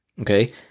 okay